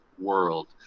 world